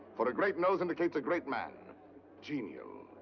for a great nose indicates a great man genial,